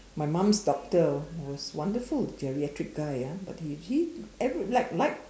my mom's doctor was wonderful geriatric guy ah but he he every like like